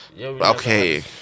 Okay